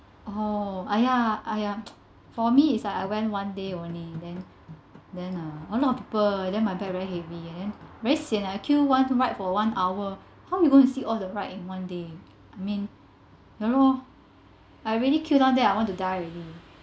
oh !aiya! !aiya! for me it's like I went one day only then then (uh)a lot of people then my bag very heavy and then very sian ah I queued one ride for one hour how you going to sit all the ride in one day I mean ya loh I really queue down there I want to die already